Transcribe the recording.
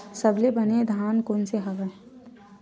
सबले बने धान कोन से हवय?